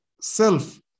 self